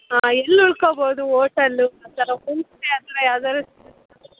ಹಾಂ ಎಲ್ಲಿ ಉಳ್ಕೊಬೋದು ಓಟಲ್ಲು ಆ ಥರ ಹೋಮ್ ಸ್ಟೇ ಆ ಥರ ಯಾವುದಾರು ಸಿಗುತ್ತಾ